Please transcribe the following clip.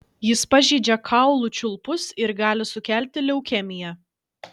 jis pažeidžia kaulų čiulpus ir gali sukelti leukemiją